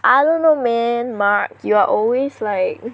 I don't know man Mark you are always like